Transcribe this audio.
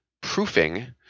Proofing